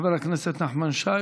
חבר הכנסת נחמן שי,